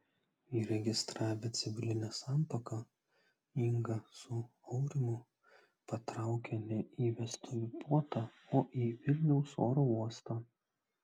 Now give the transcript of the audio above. įregistravę civilinę santuoką inga su aurimu patraukė ne į vestuvių puotą o į vilniaus oro uostą